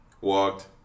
walked